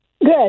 Good